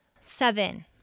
Seven